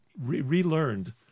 relearned